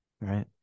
Right